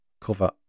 cover